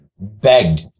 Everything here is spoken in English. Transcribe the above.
begged